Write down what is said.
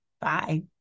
Bye